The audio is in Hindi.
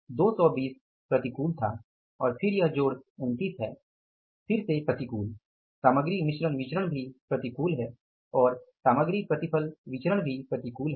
220 प्रतिकूल था और फिर यह जोड़ 29 है फिर से प्रतिकूल सामग्री मिश्रण विचरण भी प्रतिकूल है और सामग्री प्रतिफल विचलन भी प्रतिकूल है